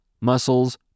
muscles